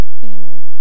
family